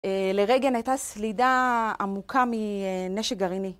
לרייגן הייתה סלידה עמוקה מנשק גרעיני.